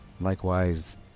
Likewise